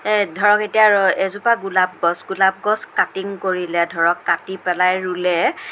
এ ধৰক এতিয়া এজোপা গোলাপ গছ গোলাপ গছ কাটিং কৰিলে ধৰক কাটি পেলাই ৰুলে